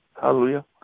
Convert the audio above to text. hallelujah